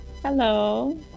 Hello